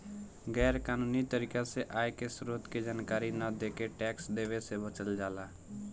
गैर कानूनी तरीका से आय के स्रोत के जानकारी न देके टैक्स देवे से बचल जाला